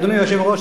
אדוני היושב-ראש,